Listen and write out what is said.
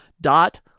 dot